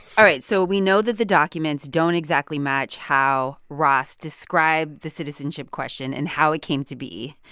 all right. so we know that the documents don't exactly match how ross described the citizenship question and how it came to be.